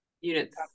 unit's